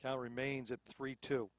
count remains at three t